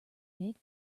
make